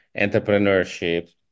entrepreneurship